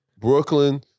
Brooklyn